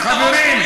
עיסאווי,